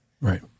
Right